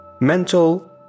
mental